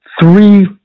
three